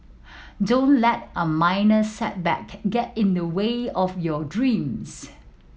don't let a minor setback get in the way of your dreams